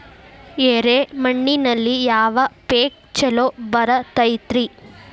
ಎರೆ ಮಣ್ಣಿನಲ್ಲಿ ಯಾವ ಪೇಕ್ ಛಲೋ ಬರತೈತ್ರಿ?